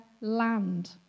land